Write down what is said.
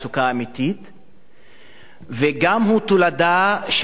וגם תולדה של מסע של השמצה והסתה.